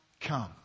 come